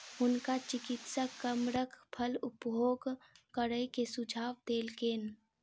हुनका चिकित्सक कमरख फल उपभोग करै के सुझाव देलकैन